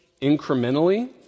incrementally